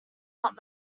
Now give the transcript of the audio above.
not